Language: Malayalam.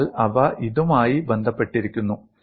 അതിനാൽ അവ ഇതുമായി ബന്ധപ്പെട്ടിരിക്കുന്നു